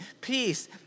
Peace